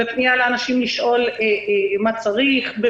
בפנייה לאנשים לשאול מה צריך,